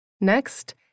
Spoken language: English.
Next